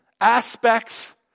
aspects